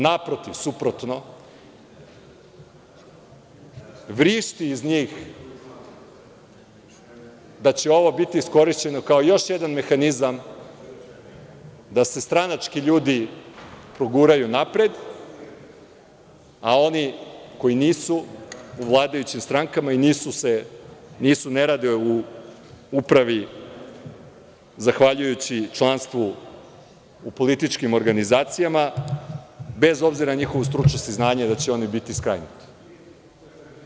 Naprotiv, suprotno, vrišti iz njih da će ovo biti iskorišćeno kao još jedan mehanizam da se stranački ljudi proguraju napred, a oni koji nisu u vladajućim strankama i ne rade u upravi zahvaljujući članstvu u političkim organizacijama, bez obzira na njihovo stručno znanje, oni će biti skrajnuti.